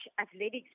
athletics